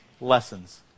lessons